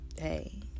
Hey